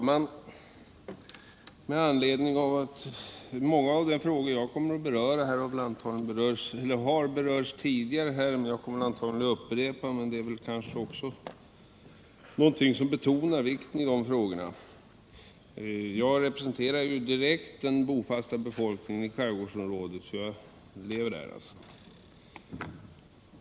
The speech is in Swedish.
Herr talman! Många av de frågor jag kommer att beröra här har berörts tidigare och jag kommer antagligen att upprepa en del — men det kanske betonar vikten hos de frågorna. Jag representerar direkt den bofasta befolkningen i skärgårdsområdet, eftersom jag lever där.